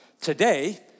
Today